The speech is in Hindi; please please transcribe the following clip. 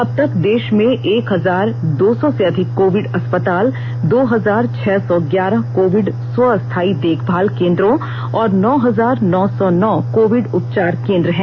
अब तक देश में एक हजार दो सौ से अधिक कोविड अस्पताल दो हजार छह सौ ग्यारह कोविड स्वस्थायी देखभाल केन्द्रों और नौ हजार नौ सौ नौ कोविड उपचार केन्द्र हैं